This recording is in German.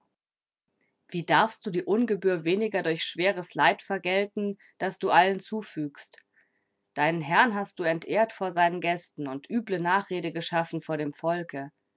wie darfst du die ungebühr weniger durch schweres leid vergelten das du allen zufügst deinen herrn hast du entehrt vor seinen gästen und üble nachrede geschaffen vor dem volke